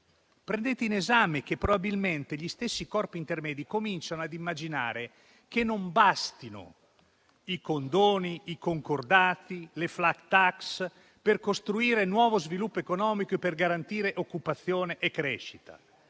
prendete in esame la possibilità che gli stessi corpi intermedi comincino a immaginare che non bastino i condoni, i concordati e le *flat tax* per costruire nuovo sviluppo economico e garantire occupazione e crescita.